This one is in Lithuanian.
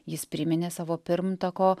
jis priminė savo pirmtako